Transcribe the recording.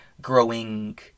growing